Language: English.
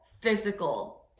physical